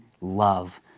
love